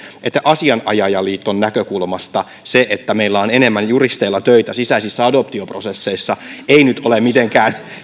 että asianajajaliiton näkökulmasta se että meillä on enemmän juristeilla töitä sisäisissä adoptioprosesseissa ei nyt ole mitenkään